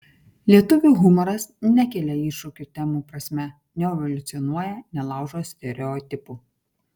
lietuvių humoras nekelia iššūkių temų prasme neevoliucionuoja nelaužo stereotipų